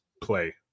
play